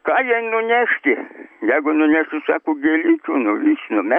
ką jai nunešti jeigu nunešiu sako gėlyčių nuvys numes